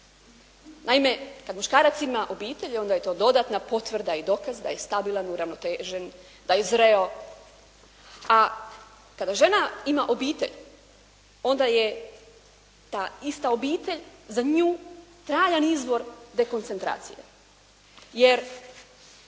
Naime kad muškarac ima obitelj onda je to dodatna potvrda i dokaz da je stabilan, uravnotežen, da je zreo. A kada žena ima obitelj onda je ta ista obitelj za nju trajan izvor dekoncentracije.